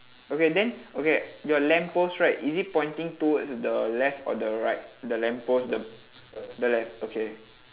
okay then okay your lamppost right is it pointing towards the left or the right the lamppost the the left okay